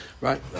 Right